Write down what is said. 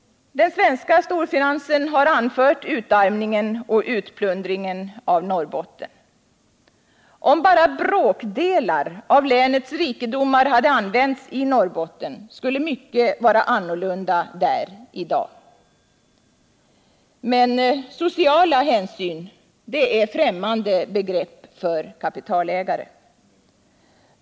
Den svenska storfinansen har anfört utarmningen och utplundringen av Norrbotten. Om bara bråkdelar av länets rikedomar hade använts i Norrbotten, skulle mycket vara annorlunda där i dag. Men sociala hänsyn är främmande begrepp för kapitalägare.